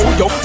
yo